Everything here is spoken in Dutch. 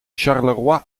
charleroi